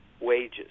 wages